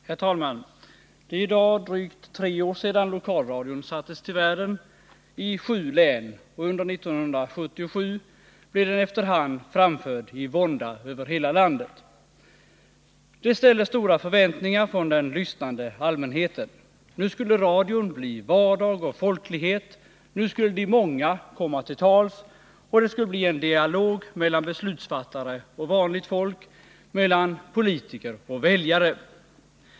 Herr talman! Det är i dag drygt tre år sedan lokalradion kom till världen i sju län, och under 1977 blev den efter hand framfödd i vånda över hela landet. Det ställdes stora förväntningar från den lyssnande allmänheten. Nu skulle radion bli vardag och folklighet. Nu skulle de många komma till tals, och det skulle bli en dialog mellan beslutsfattare och vanligt folk, mellan politiker och väljare.